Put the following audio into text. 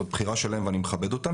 זאת בחירה שלהם ואני מכבד אותם.